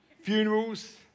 funerals